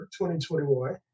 2021